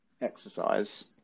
exercise